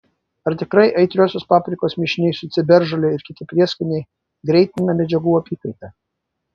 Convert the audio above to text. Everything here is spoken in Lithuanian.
ar tikrai aitriosios paprikos mišiniai su ciberžole ir kiti prieskoniai greitina medžiagų apykaitą